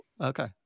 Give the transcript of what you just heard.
Okay